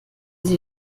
sie